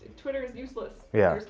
twitter is useless. yeah.